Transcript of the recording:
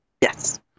Yes